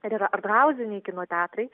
ir yra adrauziniai kino teatrai